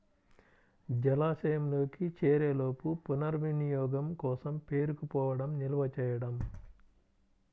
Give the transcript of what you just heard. జలాశయంలోకి చేరేలోపు పునర్వినియోగం కోసం పేరుకుపోవడం నిల్వ చేయడం